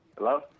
Hello